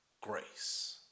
grace